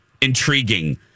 intriguing